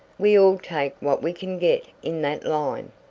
we all take what we can get in that line.